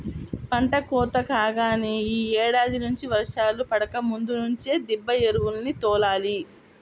పంట కోత కాగానే యీ ఏడాది నుంచి వర్షాలు పడకముందు నుంచే దిబ్బ ఎరువుల్ని తోలాలి